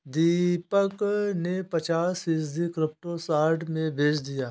दीपक ने पचास फीसद क्रिप्टो शॉर्ट में बेच दिया